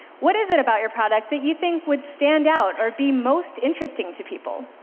what is it about your product that you think would stand out or be most interesting to people?